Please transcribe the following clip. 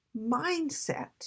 mindset